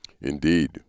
Indeed